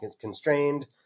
constrained